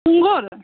सुँगुर